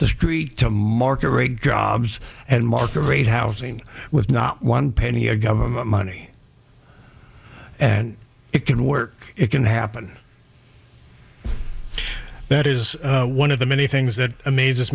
the street to market rate jobs and market rate housing with not one penny of government money and it can work it can happen that is one of the many things that amazes